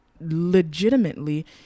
legitimately